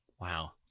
Wow